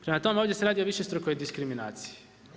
Prema tome, ovdje se radi o višestrukoj diskriminaciji.